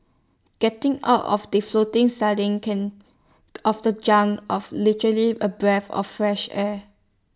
getting out of that floating sardine can of the junk of literally A breath of fresh air